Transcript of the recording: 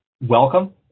welcome